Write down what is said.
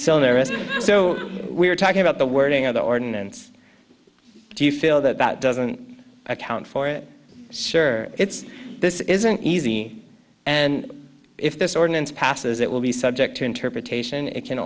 so we're talking about the wording of the ordinance do you feel that that doesn't account for it sure it's this isn't easy and if this ordinance passes it will be subject to interpretation it can